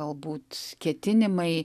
galbūt ketinimai